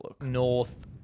north